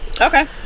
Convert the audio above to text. Okay